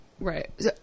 Right